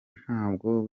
ntabwo